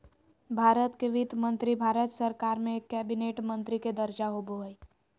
भारत के वित्त मंत्री भारत सरकार में एक कैबिनेट मंत्री के दर्जा होबो हइ